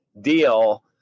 deal